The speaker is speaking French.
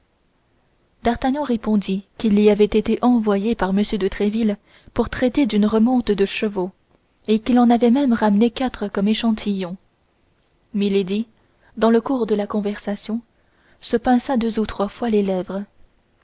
d'artagnan répondit qu'il y avait été envoyé par m de tréville pour traiter d'une remonte de chevaux et qu'il en avait même ramené quatre comme échantillon milady dans le cours de la conversation se pinça deux ou trois fois les lèvres